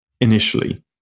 initially